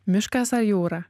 miškas ar jūra